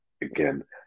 again